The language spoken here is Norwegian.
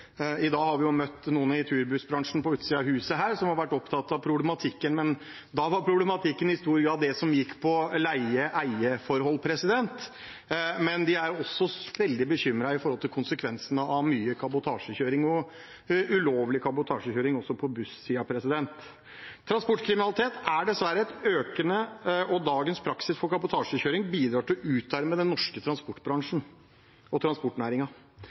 I dag har vi møtt noen i turbussbransjen på utsiden av huset her som har vært opptatt av problematikken, men da var problematikken i stor grad det som gikk på leie/eie-forhold. Men de er veldig bekymret for konsekvensene av mye kabotasjekjøring, og ulovlig kabotasjekjøring, også på buss-siden. Dagens praksis når det gjelder kabotasjekjøring, bidrar til å utarme den norske transportbransjen og